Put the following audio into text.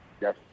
Yes